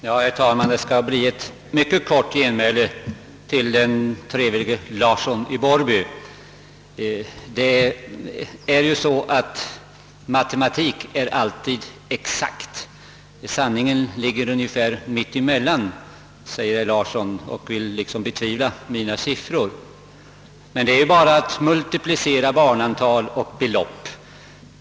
Herr talman! Det skall bli ett mycket kort genmäle till den trevlige herr Larsson i Borrby. Matematik är alltid exakt. Sanningen ligger ungefär mitt emellan, säger herr Larsson, och vill liksom betvivla mina siffror. Men det är bara att multiplicera barnantal och belopp för att finna att de stämmer.